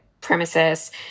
premises